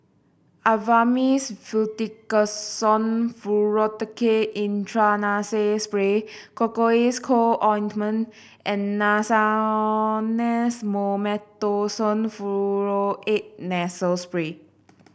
Avamys Fluticasone Furoate Intranasal Spray Cocois Co Ointment and Nasonex Mometasone Furoate Nasal Spray